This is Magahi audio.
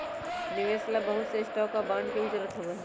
निवेश ला बहुत से स्टाक और बांड के भी जरूरत होबा हई